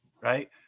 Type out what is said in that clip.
right